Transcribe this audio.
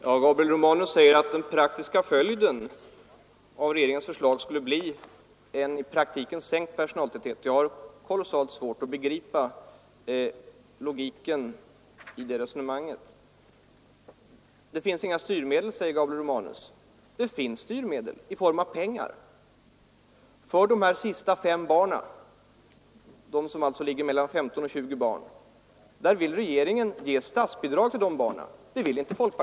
Fru talman! Herr Romanus säger att följden av regeringens förslag skulle bli en i praktiken sänkt personaltäthet. Jag har kolossalt svårt att begripa logiken i det resonemanget. Det finns inga styrmedel, säger herr Romanus. Men det finns styrmedel i form av pengar. För de sista fem barnen, dvs. mellan 15 och 20 barn, vill regeringen ge statsbidrag, något som folkpartiet inte vill.